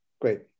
Great